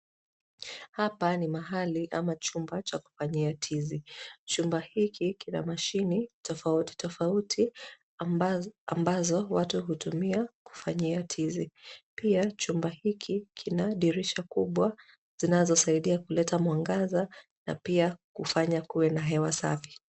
Hapa ni mahali ama chumba cha kufanyia tizi . Chumba hiki kina mashine tofauti tofauti, ambazo watu hutumia kufanyia tizi . Pia chumba hiki kina dirisha kubwa, zinazosaidia kuleta mwangaza na pia kufanya kuwe na hewa safi.